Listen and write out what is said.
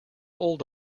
old